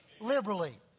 liberally